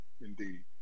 Indeed